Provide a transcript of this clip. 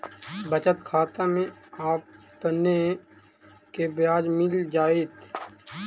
बचत खाता में आपने के ब्याज मिल जाएत